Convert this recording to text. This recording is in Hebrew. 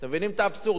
הוא מחכה שבע,